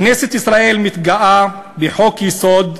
כנסת ישראל מתגאה בחוק-יסוד: